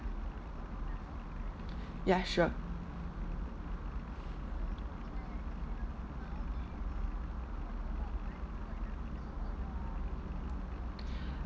yeah sure